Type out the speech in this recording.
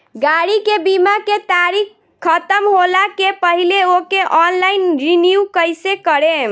गाड़ी के बीमा के तारीक ख़तम होला के पहिले ओके ऑनलाइन रिन्यू कईसे करेम?